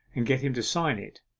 and get him to sign it.